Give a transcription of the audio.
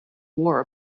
war